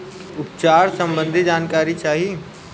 उपचार सबंधी जानकारी चाही?